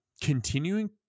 continuing